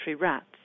rats